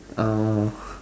uh